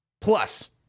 Plus